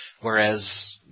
Whereas